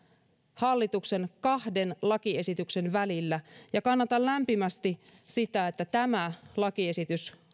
hallituksen kahden lakiesityksen välillä ja kannatan lämpimästi sitä että tämä lakiesitys